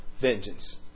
vengeance